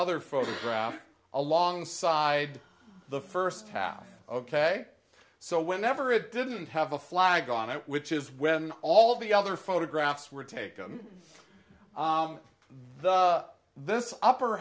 other photograph alongside the first half ok so whenever it didn't have a flag on it which is when all the other photographs were taken this upper